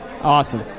Awesome